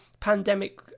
pandemic